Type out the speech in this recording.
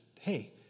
hey